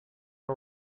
are